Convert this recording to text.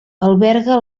alberga